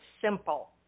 simple